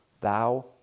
thou